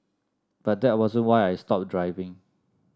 but that wasn't why I stopped driving